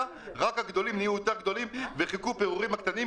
שהגדולים נהיה יותר גדולים ושחילקו פירורים לקטנים,